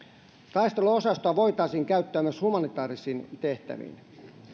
taisteluosastoa voitaisiin käyttää myös humanitaarisiin tehtäviin